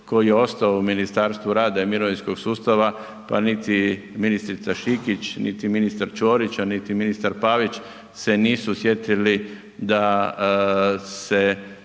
koji je ostao u Ministarstvu rada i mirovinskog sustava, pa niti ministrica Šikić, niti ministar Ćorić, a niti ministar Pavić se nisu sjetili da se